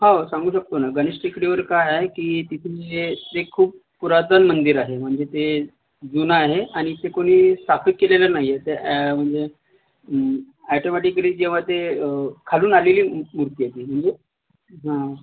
हो सांगू शकतो ना गणेश टेकडीवर काय आहे की ते तुम्ही जे ते खूप पुरातन मंदिर आहे म्हणजे ते जुनं आहे आणि ते कोणी स्थापित केलेलं नाही आहे ते म्हणजे अॅटोमॅटिकली जेव्हा ते खालून आलेली मू मूर्ती आहे ती म्हणजे हा